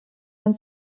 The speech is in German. man